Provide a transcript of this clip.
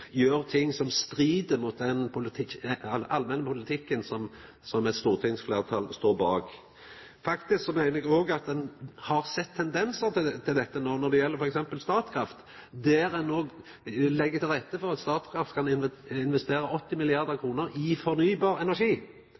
mot den allmenne politikken som eit stortingsfleirtal står bak. Faktisk meiner eg òg at ein har sett tendensar til dette når det gjeld f.eks. Statkraft, der ein no legg til rette for at Statkraft skal investera 80 mrd. kr i fornybar energi,